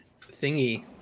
thingy